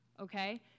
okay